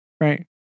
right